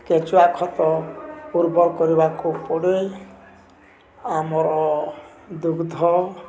କେଞ୍ଚୁଆ ଖତ ପୂର୍ବର କରିବାକୁ ପଡ଼େ ଆମର ଦୁଗ୍ଧ